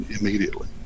immediately